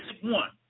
one